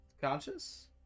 conscious